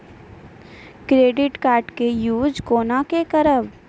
Credit card के use कोना के करबऽ?